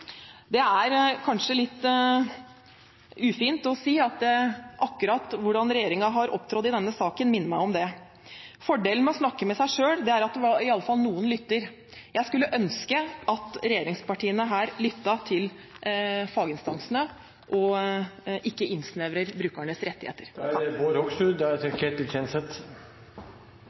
Det er kanskje litt ufint å si at akkurat hvordan regjeringen har opptrådt i denne saken, minner meg om det. Fordelen med å snakke med seg selv er at iallfall noen lytter. Jeg skulle ønske at regjeringspartiene her lyttet til faginstansene og ikke innsnevrer brukernes rettigheter. Det er ganske fantastisk å høre fra talerstolen her at noen sier at noen ikke lytter til dem det